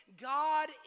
God